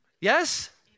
Yes